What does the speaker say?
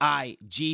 IG